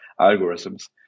algorithms